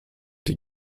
die